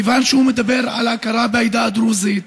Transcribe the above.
מכיוון שהוא מדבר על הכרה בעדה הדרוזית,